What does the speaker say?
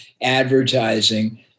advertising